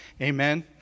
Amen